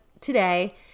today